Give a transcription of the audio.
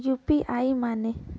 UPI माने?